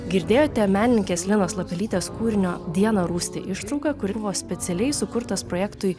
girdėjote menininkės linos lapelytės kūrinio diena rūsti ištrauką kuri buvo specialiai sukurtas projektui